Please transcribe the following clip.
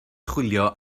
chwilio